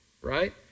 Right